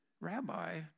Rabbi